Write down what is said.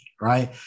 right